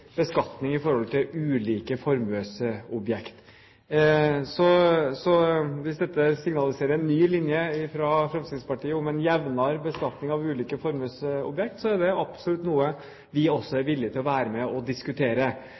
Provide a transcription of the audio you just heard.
beskatning på ulike formuesobjekt. Så hvis dette signaliserer en ny linje fra Fremskrittspartiet om en jevnere beskatning av ulike formuesobjekt, så er det absolutt noe vi også er villig til å være med og diskutere.